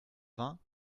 vingt